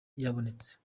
yabonetse